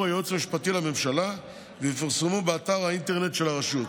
היועץ המשפטי לממשלה ויפורסמו באתר האינטרנט של הרשות.